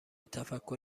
تفکر